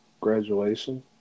graduation